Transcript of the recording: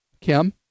Kim